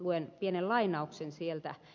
luen pienen lainauksen sieltä